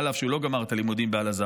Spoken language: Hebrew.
אף שהוא לא גמר את הלימודים באל-אזהר.